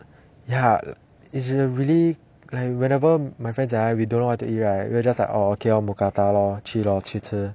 ya it's really like whenever my friends and I we don't know what to eat right we will just like oh okay oh mookata lor 去 lor 去吃